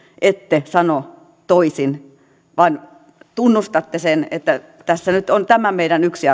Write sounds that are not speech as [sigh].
ette sano toisin vaan tunnustatte sen että tässä nyt on tämä meidän yksi [unintelligible]